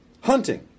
Hunting